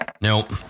Nope